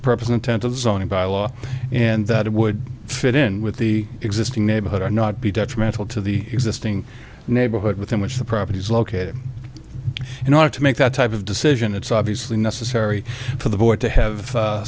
zoning bylaw and that it would fit in with the existing neighborhood are not be detrimental to the existing neighborhood within which the property is located in order to make that type of decision it's obviously necessary for the board to have